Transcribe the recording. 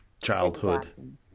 childhood